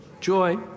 Joy